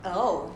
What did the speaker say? oh